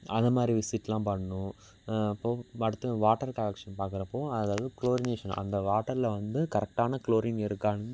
அது மாதிரி விசிட்லாம் பண்ணுவோம் அப்புறம் அடுத்தது வாட்டர் கரெக்ஷன் பாக்கிறப்போ அதாவது குளோரினேஷன் அந்த வாட்டரில் வந்து கரெக்டான குளோரின் இருக்கானு